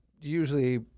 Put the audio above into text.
usually